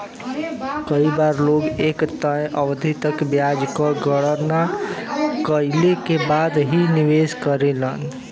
कई बार लोग एक तय अवधि तक ब्याज क गणना कइले के बाद ही निवेश करलन